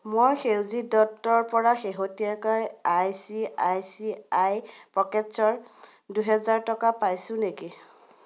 মই সেউজী দত্তৰ পৰা শেহতীয়াকৈ I C I C I পকেটছ্ৰ দুহাজাৰ টকা পাইছোঁ নেকি